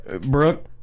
Brooke